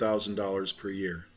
thousand dollars per year